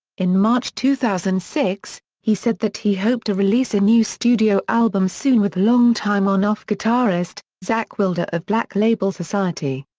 in march two thousand and six, he said that he hoped to release a new studio album soon with long time on-off guitarist, zakk wylde ah of black label society.